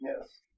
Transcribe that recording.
Yes